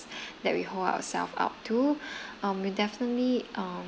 that we hold ourselves up to um we definitely uh